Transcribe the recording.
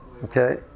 Okay